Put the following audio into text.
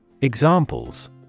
Examples